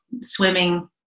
swimming